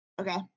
Okay